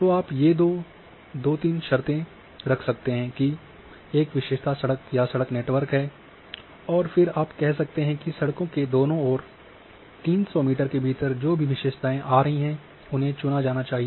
तो आप ये दो तीन शर्तें रख रहे हैं कि एक विशेषता सड़क या सड़क नेटवर्क है और फिर आप कह रहे हैं कि सड़कों के दोनों ओर 300 मीटर के भीतर जो भी विशेषताएँ आ रही हैं उन्हें चुना जाना चाहिए